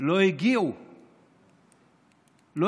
לא הגיעו לוועדה.